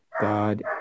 God